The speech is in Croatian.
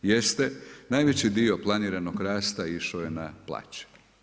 Jeste najveći dio planiranog rasta išao je na plaće.